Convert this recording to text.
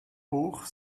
hoch